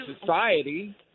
Society